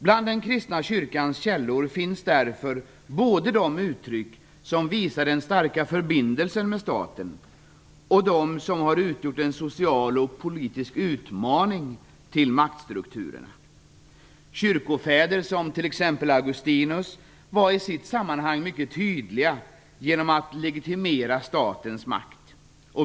Bland den kristna kyrkans källor finns därför både uttryck som visar den starka förbindelsen med staten och uttryck som har utgjort en social och politisk utmaning till maktstrukturen. Kyrkofäderna, t.ex. Augustinus, var mycket tydliga när det gäller att legitimera statens makt.